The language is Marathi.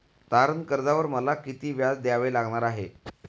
तारण कर्जावर मला किती व्याज द्यावे लागणार आहे?